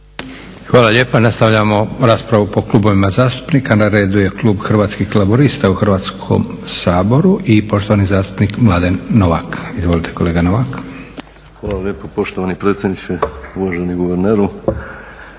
Hvala lijepa. Nastavljamo raspravu po klubovima zastupnika. Na redu je klub Hrvatskih laburista u Hrvatskom saboru i poštovani zastupnik Mladen Novak. Izvolite kolega Novak. **Novak, Mladen (Hrvatski laburisti